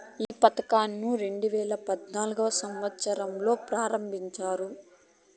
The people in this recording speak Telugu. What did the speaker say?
ఈ పథకంను రెండేవేల పద్నాలుగవ సంవచ్చరంలో ఆరంభించారు